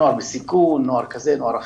נוער בסיכון, נוער הזה ונוער אחר.